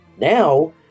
Now